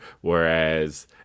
Whereas